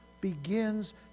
begins